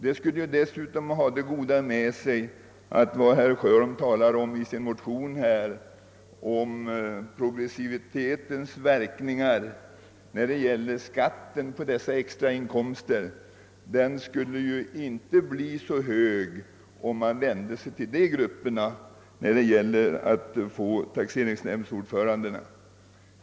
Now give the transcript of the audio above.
Det skulle dessutom föra det goda med sig att verkningarna av skatteprogressiviteten, som herr Sjöholm tar upp i sin motion, ofta inte skulle bli så stora på dessa extrainkomster.